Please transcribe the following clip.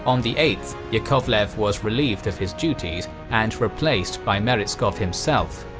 um the eighth, yakovlev was relieved of his duties and replaced by meretskov himself.